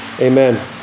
Amen